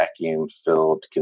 vacuum-filled